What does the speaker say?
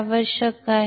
आवश्यक आहे